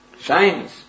Shines